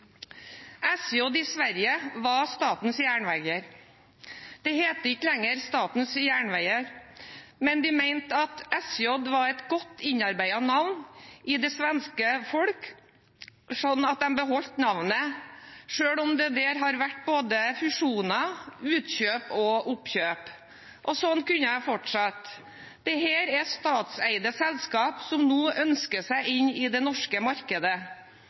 i Sverige var Statens Järnvägar. Det heter ikke lenger Statens Järnvägar, men de mente at SJ var et godt innarbeidet navn i det svenske folk, så de beholdt navnet, selv om det der har vært både fusjoner, utkjøp og oppkjøp. Sånn kunne jeg ha fortsatt. Dette er statseide selskap, som nå ønsker seg inn i det norske markedet.